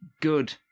good